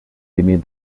límit